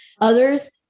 Others